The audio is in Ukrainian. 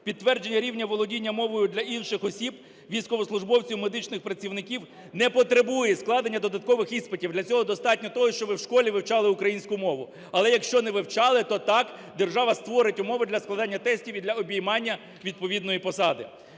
Підтвердження рівня володіння мовою для інших осіб: військовослужбовців, медичних працівників - не потребує складення додаткових іспитів. Для цього достатньо того, що ви в школі вивчали українську мову. Але якщо не вивчали, то так, держава створить умови для складання тестів і для обіймання відповідної посади.